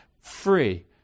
free